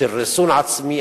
של ריסון עצמי.